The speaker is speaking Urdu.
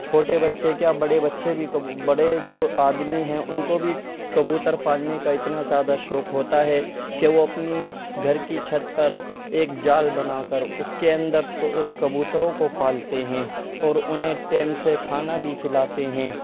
چھوٹے بچے کیا بڑے بچے بھی بڑے جو آدمی ہیں ان کو بھی کبوتر پالنے کا اتنا زیادہ شوق ہوتا ہے کہ وہ اپنی گھر کی چھت پر ایک جال بنا کر اس کے اندر کبوتروں کو پالتے ہیں اور انہیں ٹیم سے کھانا بھی کھلاتے ہیں